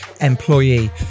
employee